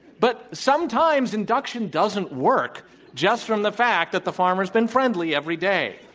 but sometimes induction doesn't work just from the fact that the farmer's been friendly every day.